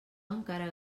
encara